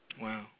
Wow